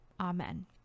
Amen